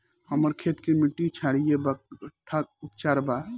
हमर खेत के मिट्टी क्षारीय बा कट्ठा उपचार बा?